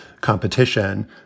competition